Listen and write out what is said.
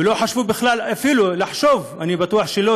ולא חשבו בכלל אפילו לחשוב אני בטוח שלא,